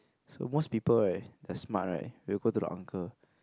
so most people right that smart right will go to the uncle